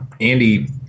Andy